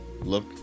look